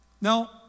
Now